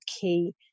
key